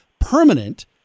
permanent